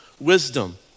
wisdom